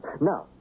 Now